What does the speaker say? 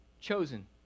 chosen